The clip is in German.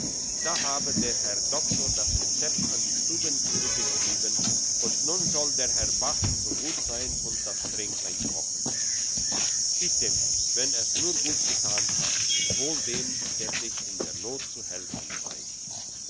da habe der herr doktor das rezept an die stubentüre geschrieben und nun soll der herr bachin so gut sein und das tränklein kochen item wenn es nur gut getan hat wohl dem der sich in der not zu helfen weiss